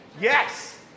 Yes